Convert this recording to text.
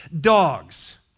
dogs